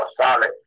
solid